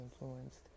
influenced